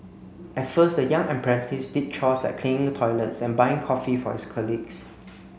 at first the young apprentice did chores like cleaning toilets and buying coffee for his colleagues